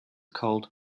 called